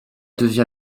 devient